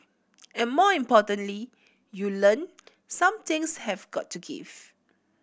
and more importantly you learn some things have got to give